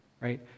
right